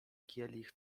kielich